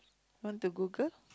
want to Google